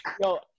Yo